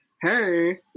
hey